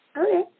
okay